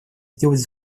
сделать